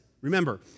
Remember